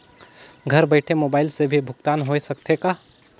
घर बइठे मोबाईल से भी भुगतान होय सकथे का?